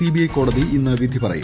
CBI കോടതി ഇന്ന് വിധി പറയും